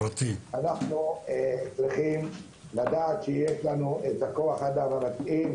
אנחנו צריכים לדעת שיש לנו את כוח האדם המתאים.